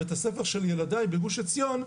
שבבית הספר של ילדי בגוש עציון,